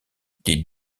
dit